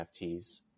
NFTs